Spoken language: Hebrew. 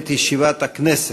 את ישיבת הכנסת.